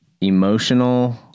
emotional